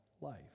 life